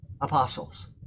apostles